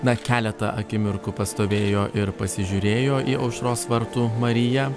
na keletą akimirkų pastovėjo ir pasižiūrėjo į aušros vartų mariją